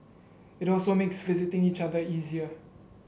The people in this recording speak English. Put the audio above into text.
it also makes visiting each other easier